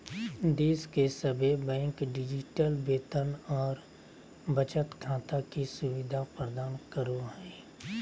देश के सभे बैंक डिजिटल वेतन और बचत खाता के सुविधा प्रदान करो हय